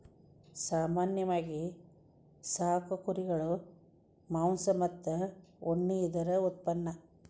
ಸಾಮಾನ್ಯವಾಗಿ ಸಾಕು ಕುರುಗಳು ಮಾಂಸ ಮತ್ತ ಉಣ್ಣಿ ಇದರ ಉತ್ಪನ್ನಾ